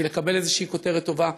בשביל לקבל איזושהי כותרת טובה,